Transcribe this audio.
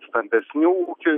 stambesnių ūkių